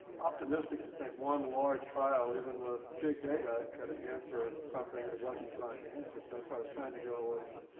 optimistic to think one large trial even with big data could ah answer something that it wasn't designed to answer. so that's why i was trying to go with,